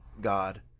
God